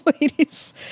ladies